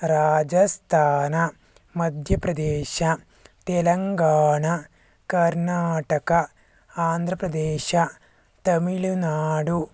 Rajasthan Madhya Pradesh Telangana Karnataka Andhra Pradesh Tamil Nadu